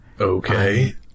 Okay